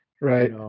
right